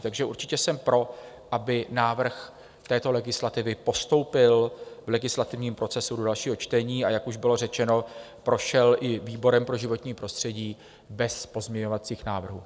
Takže určitě jsem pro, aby návrh této legislativy postoupil v legislativním procesu do dalšího čtení, a jak už bylo řečeno, prošel i výborem pro životní prostředí bez pozměňovacích návrhů.